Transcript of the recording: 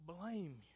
blame